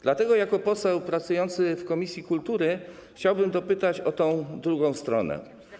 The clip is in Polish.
Dlatego jako poseł pracujący w komisji kultury chciałbym dopytać o tę drugą stronę.